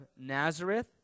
Nazareth